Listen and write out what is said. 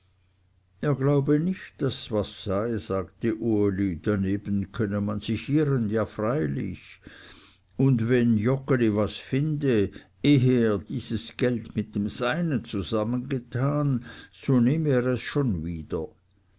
er glaube nicht daß was sei sagte uli daneben könne man sich irren ja freilich und wenn joggeli was finde ehe er dieses geld mit dem seinen zusammengetan so nehme er es schon wieder